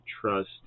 trust